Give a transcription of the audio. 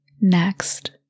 Next